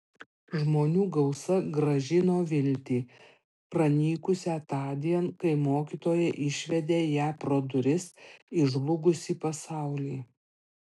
žmonių gausa grąžino viltį pranykusią tądien kai mokytoja išvedė ją pro duris į žlugusį pasaulį